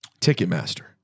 Ticketmaster